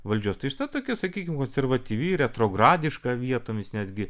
valdžios tai šita tokia sakykim konservatyvi retrogradiška vietomis netgi